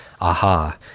aha